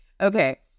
Okay